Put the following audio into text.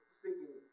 speaking